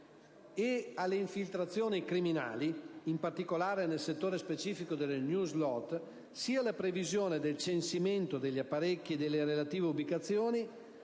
e alle infiltrazioni criminali, in particolare nel settore specifico delle *newslot*, sia la previsione del censimento degli apparecchi e delle relative ubicazioni